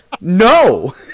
No